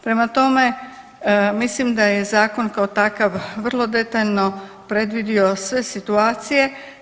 Prema tome, mislim da je Zakon kao takav vrlo detaljno predvidio sve situacije.